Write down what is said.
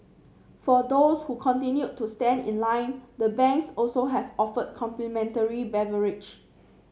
for those who continue to stand in line the banks also have offered complimentary beverage